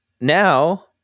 now